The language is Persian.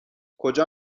کجا